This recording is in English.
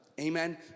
Amen